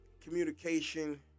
communication